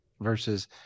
versus